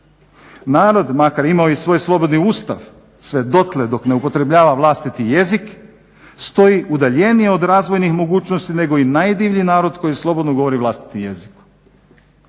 Narod, makar imao i svoj slobodni ustav, sve dotle dok ne upotrebljava vlastiti jezik stoji udaljenije od razvojnih mogućnosti nego i najdivljiji narod koji slobodno govori vlastitim jezikom.